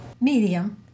Medium